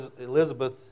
Elizabeth